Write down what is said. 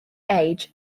age